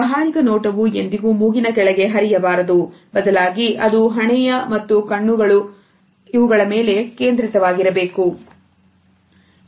ವ್ಯವಹಾರಿಕ ನೋಟವು ಎಂದಿಗೂ ಮೂಗಿನ ಕೆಳಗೆ ಹರಿಯಬಾರದು ಬದಲಾಗಿ ಅದು ಹಣೆಯ ಮತ್ತು ಕಣ್ಣುಗಳು ಕಣ್ಣುಗಳು ಮೇಲೆ ಕೇಂದ್ರವಾಗಿರಬೇಕು